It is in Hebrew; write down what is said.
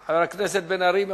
בן-ארי.